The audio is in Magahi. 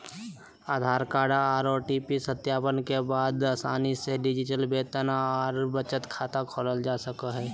आधार कार्ड आर ओ.टी.पी सत्यापन के बाद आसानी से डिजिटल वेतन आर बचत खाता खोलल जा हय